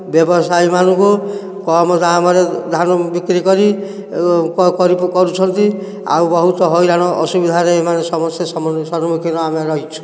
ବ୍ୟବସାୟୀ ମାନଙ୍କୁ କମ ଦାମରେ ଧାନ ବିକ୍ରି କରି କରୁଛନ୍ତି ଆଉ ବହୁତ ହଇରାଣ ଅସୁବିଧାରେ ଏମାନେ ସମସ୍ତେ ସମ୍ମୁଖୀନ ଆମେ ରହିଛୁ